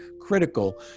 critical